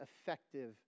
effective